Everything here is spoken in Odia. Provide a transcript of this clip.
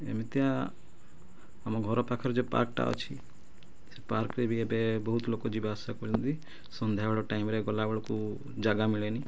ଏମିତିଆ ଆମ ଘର ପାଖରେ ଯେଉଁ ପାର୍କଟା ଅଛି ସେ ପାର୍କରେ ବି ଏବେ ବହୁତ ଲୋକ ଯିବା ଆସିବା କରୁଛନ୍ତି ସନ୍ଧ୍ୟାବେଳେ ଟାଇମରେ ଗଲାବେଳକୁ ଜାଗା ମିଳେନି